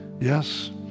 Yes